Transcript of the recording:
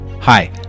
Hi